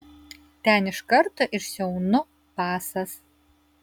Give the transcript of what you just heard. ten iš karto išsiaunu basas